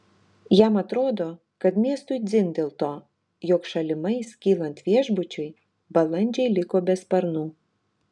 jam atrodo kad miestui dzin dėl to jog šalimais kylant viešbučiui balandžiai liko be sparnų